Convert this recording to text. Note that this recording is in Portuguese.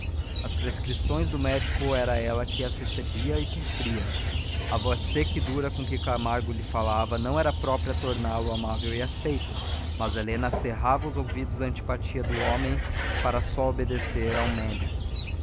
as prescrições do médico era ela que as recebia e cumpria a voz seca e dura com que camargo lhe falava não era própria a torná-lo amável e aceito mas helena cerrava os ouvidos à antipatia do homem para só obedecer ao médico